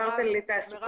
דיברת על תעסוקה,